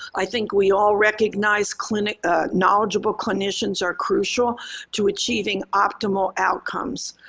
i think we all recognize clinic ah knowledgeable clinicians are crucial to achieving optimal outcomes.